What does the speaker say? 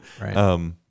Right